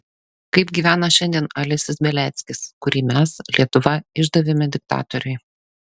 kaip gyvena šiandien alesis beliackis kurį mes lietuva išdavėme diktatoriui